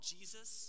Jesus